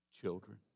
children